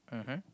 mmhmm